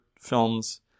films